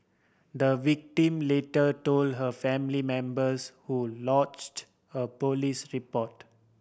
the victim later told her family members who lodged a police report